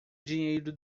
dinheiro